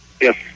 yes